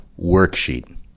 Worksheet